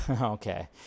Okay